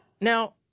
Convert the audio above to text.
Now